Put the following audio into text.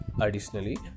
Additionally